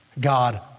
God